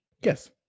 Yes